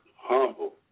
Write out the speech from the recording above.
humble